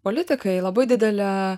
politikai labai didelę